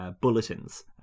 bulletins